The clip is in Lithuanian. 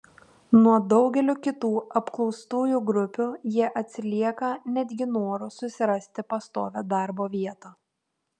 nuo daugelių kitų apklaustųjų grupių jie atsilieka netgi noru susirasti pastovią darbo vietą